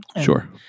Sure